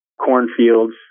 cornfields